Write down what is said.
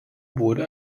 wurde